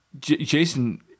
Jason